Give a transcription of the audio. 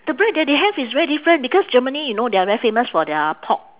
the bread that they have is very different because germany you know they are very famous for their pork